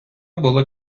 були